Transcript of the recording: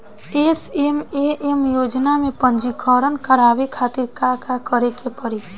SMAM योजना में पंजीकरण करावे खातिर का का करे के पड़ी?